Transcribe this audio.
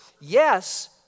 Yes